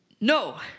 No